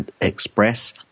express